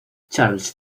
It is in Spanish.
charles